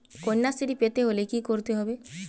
কন্যাশ্রী পেতে হলে কি করতে হবে?